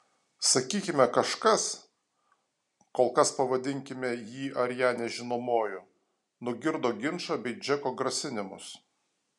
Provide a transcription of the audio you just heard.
sakykime kažkas kol kas pavadinkime jį ar ją nežinomuoju nugirdo ginčą bei džeko grasinimus